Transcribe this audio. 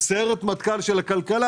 שהם סיירת מטכ"ל של הכלכלה,